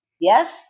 Yes